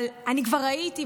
אבל אני כבר ראיתי,